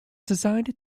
designed